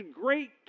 great